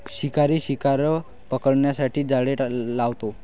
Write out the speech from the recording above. शिकारी शिकार पकडण्यासाठी जाळे लावतो